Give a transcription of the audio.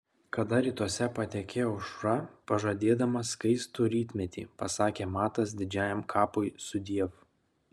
kada rytuose patekėjo aušra pažadėdama skaistų rytmetį pasakė matas didžiajam kapui sudiev